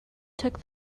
took